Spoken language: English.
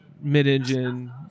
mid-engine